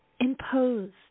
imposed